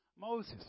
Moses